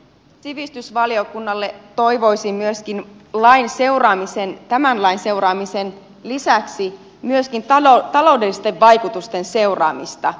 sivistysvaliokunnalle toivoisin tämän lain seuraamisen lisäksi myöskin taloudellisten vaikutusten seuraamista